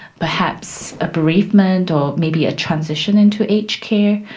perhaps a bereavement or maybe a transition into aged care.